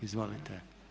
Izvolite.